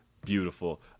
beautiful